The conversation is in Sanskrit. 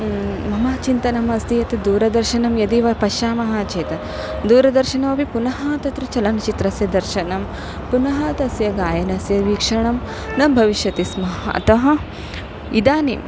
मम चिन्तनम् अस्ति यत् दूरदर्शनं यदि वा पश्यामः चेत् दूरदर्शनमपि पुनः तत्र चलनचित्रस्य दर्शनं पुनः तस्य गायनस्य वीक्षणं न भविष्यति स्म अतः इदानीं